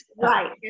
Right